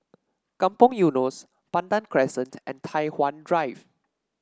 Kampong Eunos Pandan Crescent and Tai Hwan Drive